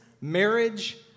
marriage